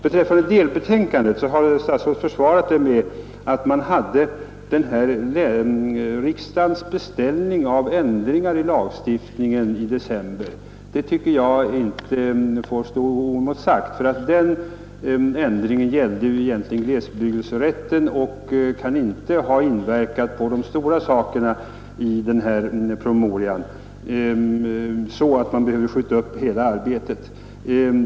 Beträffande delbetänkandet har statsrådet försvarat den korta remisstiden med att man hade riksdagens beställning i december 1971 av av stort lokalt eller regionalt intresse ändringar i lagstiftningen. Det påståendet tycker jag inte får stå oemotsagt. Den ändringen gällde egentligen glesbebyggelserätten och kan inte ha inverkat på de stora frågorna i denna promemoria så att man behövde skjuta upp hela arbetet.